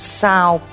sal